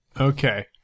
Okay